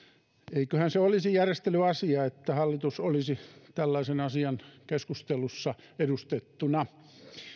eiköhän se olisi järjestelyasia että hallitus olisi tällaisen asian keskustelussa edustettuna